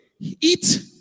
Eat